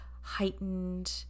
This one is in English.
heightened